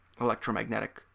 electromagnetic